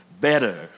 better